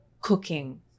cooking